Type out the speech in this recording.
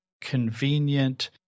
convenient